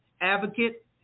advocate